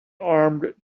armed